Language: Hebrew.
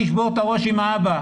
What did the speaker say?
תשבור את הראש עם האבא,